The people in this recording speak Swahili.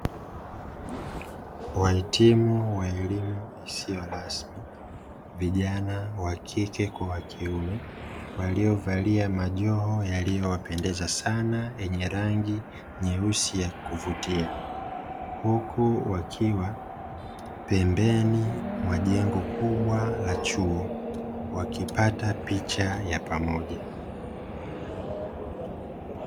Wahitimu wa elimu isiyo rasmi; vijana wa kike kwa wakiume, waliovalia majoho yaliyowapendeza sana yenye rangi nyeusi ya kuvutia, huku wakiwa pembeni mwa jengo kubwa la chuo wakipata picha ya pamoja.